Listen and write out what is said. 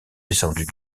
descendue